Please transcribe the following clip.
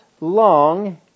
long